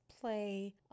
play